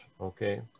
okay